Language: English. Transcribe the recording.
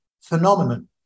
phenomenon